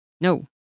No